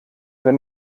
wenn